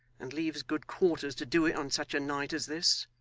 and leaves good quarters to do it on such a night as this